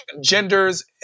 genders